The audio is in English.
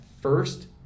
first